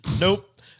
nope